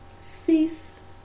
Cease